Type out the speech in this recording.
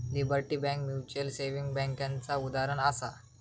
liberty bank mutual saving बैंकेचा उदाहरणं आसा